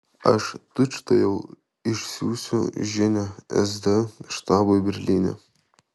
aš tučtuojau išsiųsiu žinią sd štabui berlyne